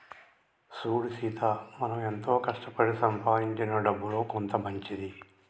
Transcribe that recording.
సూడు సీత మనం ఎంతో కష్టపడి సంపాదించిన డబ్బులో కొంత మంచిది